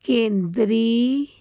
ਕੇਂਦਰੀ